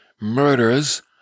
murders